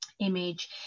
image